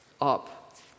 up